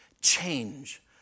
change